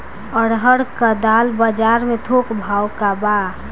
अरहर क दाल बजार में थोक भाव का बा?